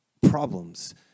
problems